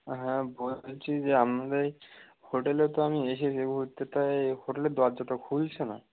হ্যাঁ বলছি যে আপনাদের হোটেলে তো আমি এসেছি এই মুহূর্তে তা হোটেলের দরজা তো খুলছে না